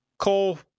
Cole